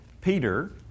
Peter